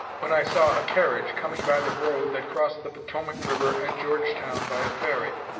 when i saw a carriage coming by the road that crossed the potomac river at georgetown by a ferry.